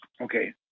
Okay